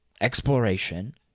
exploration